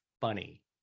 funny